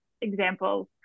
examples